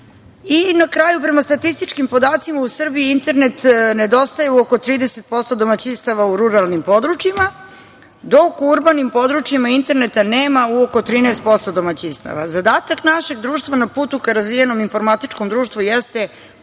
na kraju, prema statističkim podacima u Srbiji, internet nedostaje u oko 30% domaćinstava u ruralnim područjima, dok u urbanim područjima interneta nema u oko 13% domaćinstava. Zadatak našeg društva na putu ka razvijenom informatičkom društvu jeste